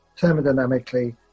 thermodynamically